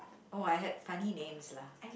oh I had funny names lah